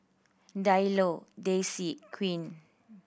Diallo Tessie Quinn